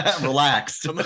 relaxed